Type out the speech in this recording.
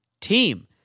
team